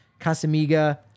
Casamiga